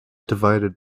divided